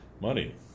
Money